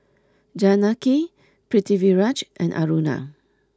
Janaki Pritiviraj and Aruna